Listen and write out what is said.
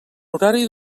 horari